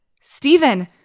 Stephen